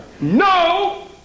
No